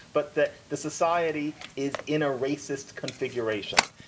but that the society is in a racist configuration.